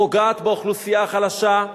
פוגעת באוכלוסייה החלשה,